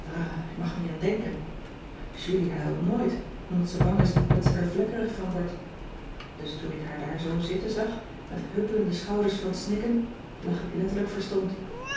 ik mag er niet aan denken julie huilt nooit omdat ze bang is dat ze er vlekkerig van wordt dus toen ik haar daar zoo zitten zag met huppelende schouders van t snikken lag ik letterlijk verstomd